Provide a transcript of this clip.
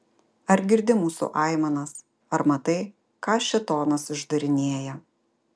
ar girdi mūsų aimanas ar matai ką šėtonas išdarinėja